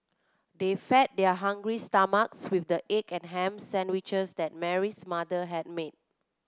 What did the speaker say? they fed their hungry stomachs with the egg and ham sandwiches that Mary's mother had made